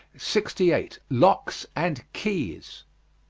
sixty eight. locks and keys.